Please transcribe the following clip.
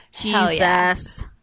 Jesus